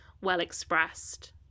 well-expressed